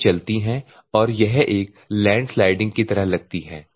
ये चलती हैं और यह एक लैंडस्लाइडिंग की तरह लगती है